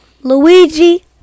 Luigi